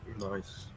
Nice